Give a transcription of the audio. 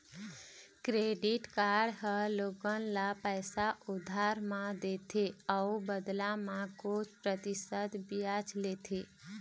credit card ह लोगन ल पइसा उधार म देथे अउ बदला म कुछ परतिसत बियाज लेथे